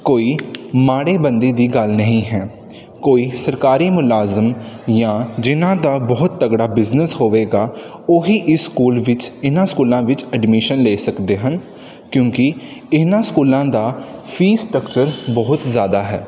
ਕੋਈ ਮਾੜੇ ਬੰਦੇ ਦੀ ਗੱਲ ਨਹੀਂ ਹੈ ਕੋਈ ਸਰਕਾਰੀ ਮੁਲਾਜ਼ਮ ਜਾਂ ਜਿਨ੍ਹਾਂ ਦਾ ਬਹੁਤ ਤਗੜਾ ਬਿਜਨਸ ਹੋਵੇਗਾ ਉਹੀ ਇਸ ਸਕੂਲ ਵਿੱਚ ਇਨ੍ਹਾਂ ਸਕੂਲਾਂ ਵਿੱਚ ਐਡਮਿਸ਼ਨ ਲੈ ਸਕਦੇ ਹਨ ਕਿਉਂਕਿ ਇਨ੍ਹਾਂ ਸਕੂਲਾਂ ਦਾ ਫੀਸ ਸਟਕਚਰ ਬਹੁਤ ਜ਼ਿਆਦਾ ਹੈ